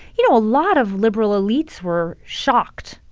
you know, a lot of liberal elites were shocked.